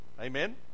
Amen